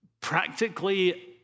practically